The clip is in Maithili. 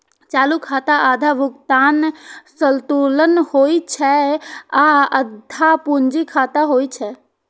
चालू खाता आधा भुगतान संतुलन होइ छै आ आधा पूंजी खाता होइ छै